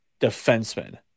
defenseman